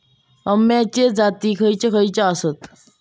अम्याचे जाती खयचे खयचे आसत?